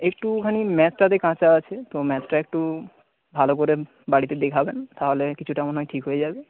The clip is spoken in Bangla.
একটুখানি ম্যাথটাতে কাঁচা আছে তো ম্যাথটা একটু ভালো করে বাড়িতে দেখাবেন তাহলে কিছুটা মনে হয় ঠিক হয়ে যাবে